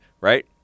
right